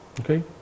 Okay